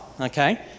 okay